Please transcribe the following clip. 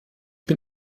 bin